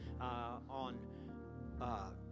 on